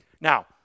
Now